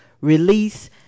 release